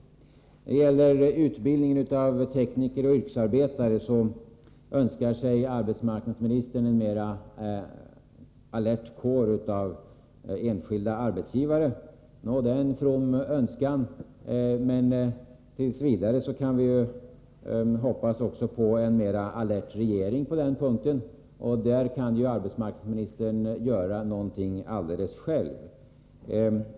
När det gäller utbildning av tekniker och yrkesarbetare önskar sig arbetsmarknadsministern en mer alert kår av enskilda arbetsgivare. Det är en from önskan, men t. v. kan vi ju också hoppas på en mer alert regering på den punkten. Där kan ju arbetsmarknadsministern göra någonting alldeles själv.